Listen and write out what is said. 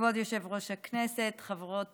כבוד יושב-ראש הכנסת, חברות